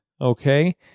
Okay